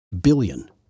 billion